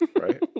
Right